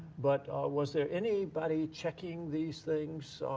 but was there anybody checking these things?